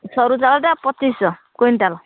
ସରୁ ଚାଉଳଟା ପଚିଶଶହ କୁଇଣ୍ଟାଲ୍